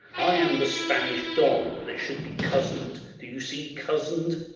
i am the spanish don that should be cozen'd, do you see, cozen'd?